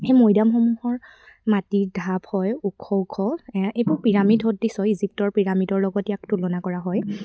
সেই মৈদামসমূহৰ মাটিৰ ধাব হয় ওখ ওখ এইবোৰ পিৰামিড সদৃশ হয় ইজিপ্তৰ পিৰামিডৰ লগত ইয়াক তুলনা কৰা হয়